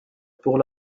pour